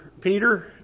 Peter